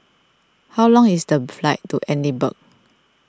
how long is the flight to Edinburgh